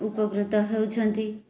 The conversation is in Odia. ଉପକୃତ ହେଉଛନ୍ତି